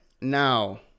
now